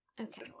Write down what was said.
Okay